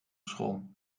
school